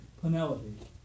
Penelope